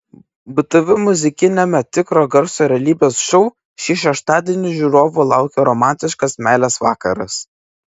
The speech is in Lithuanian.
btv muzikiniame tikro garso realybės šou šį šeštadienį žiūrovų laukia romantiškas meilės vakaras